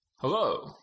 Hello